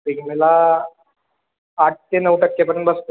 एक मला आठ ते नऊ टक्केपर्यंत बसतं आहे